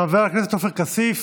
חבר הכנסת עופר כסיף,